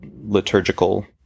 liturgical